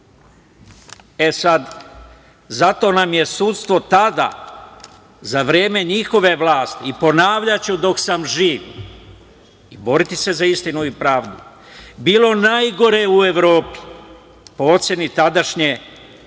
uslov. Zato nam je sudstvo tada za vreme njihove vlasti, i ponavljaću dok sam živ i boriti se za istinu i pravdu, bilo najgore u Evropi, po oceni tadašnjih